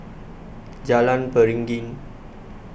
Jalan Beringin